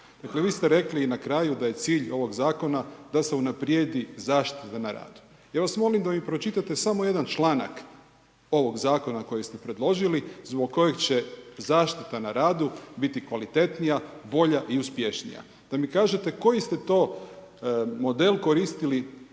Dakle, vi ste rekli na kraju da je cilj ovog zakona unaprijedi zaštita na radu. Ja vas molim da mi pročitate samo jedan članak ovog zakona koji ste predložili zbog kojeg će zaštita na radu biti kvalitetnija, bolja i uspješnija. Da mi kažete koji ste to model koristili